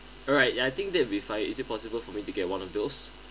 alright I think that'll be fine is it possible for me to get one of those